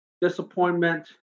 disappointment